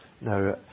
now